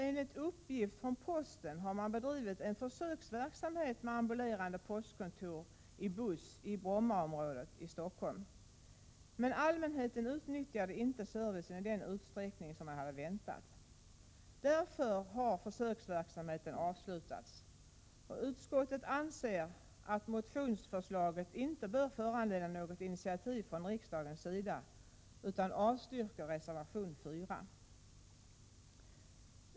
Enligt uppgift från posten har man bedrivit en försöksverksamhet med ambulerande postkontor i buss i Brommaområdet i Stockholm, men allmänheten utnyttjade inte servicen i den utsträckning som hade väntats. Därför har försöksverksamheten avslutats. Utskottet anser att motionsförslaget inte bör föranleda något initiativ från riksdagens sida utan avstyrker reservation 4.